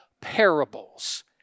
parables